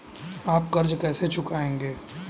आप कर्ज कैसे चुकाएंगे?